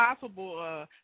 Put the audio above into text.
possible